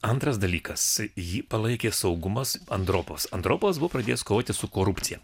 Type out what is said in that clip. antras dalykas jį palaikė saugumas andropovas andropovas buvo pradėjęs kovoti su korupcija